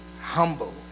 humble